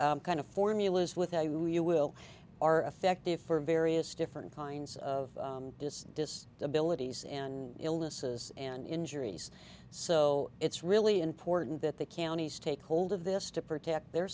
which kind of formulas with you you will are effective for various different kinds of this this ability s and illnesses and injuries so it's really important that the counties take hold of this to protect their